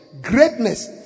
greatness